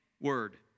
word